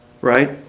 right